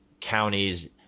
counties